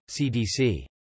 CDC